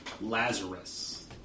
Lazarus